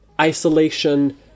isolation